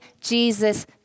Jesus